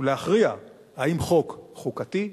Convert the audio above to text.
ולהכריע אם חוק חוקתי,